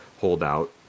holdout